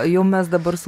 jau mes dabar su